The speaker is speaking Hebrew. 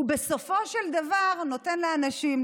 הוא בסופו של דבר נותן לאנשים,